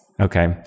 Okay